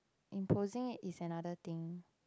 imposing it's another thing